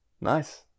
Nice